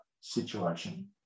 situation